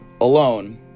alone